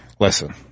Listen